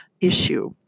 issue